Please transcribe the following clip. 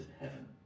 heaven